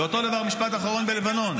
ואותו דבר, משפט אחרון, בלבנון.